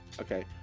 Okay